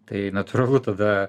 tai natūralu tada